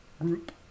group